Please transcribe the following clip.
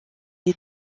des